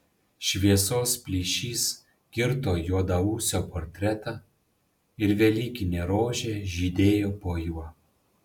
šviesos plyšys kirto juodaūsio portretą ir velykinė rožė žydėjo po juo